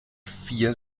vier